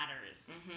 matters